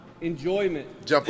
enjoyment